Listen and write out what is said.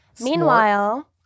Meanwhile